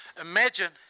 Imagine